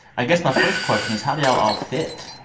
i guess my first question is, how do y'all all fit?